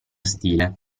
stile